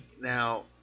now